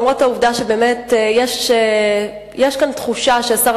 למרות העובדה שבאמת יש כאן תחושה ששר